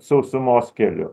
sausumos keliu